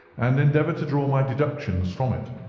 and endeavoured to draw my deductions from it.